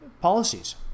policies